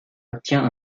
obtient